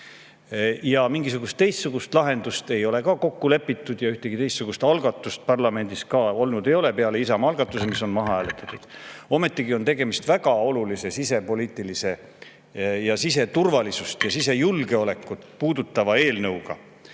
Mingisugust teistsugust lahendust ei ole kokku lepitud ja ühtegi teistsugust algatust parlamendis ka ei ole olnud peale Isamaa algatuse, mis on maha hääletatud. Ometigi on tegemist väga olulise sisepoliitilise ning siseturvalisust ja sisejulgeolekut puudutava eelnõuga.